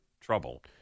trouble